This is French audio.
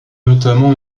notamment